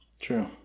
True